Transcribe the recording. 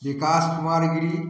विकास Kumar गिरी